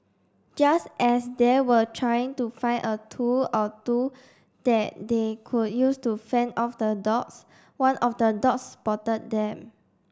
just as they were trying to find a tool or two that they could use to fend off the dogs one of the dogs spotted them